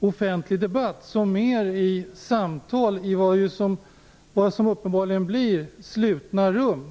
offentliga debatten men i samtal i slutna rum.